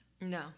no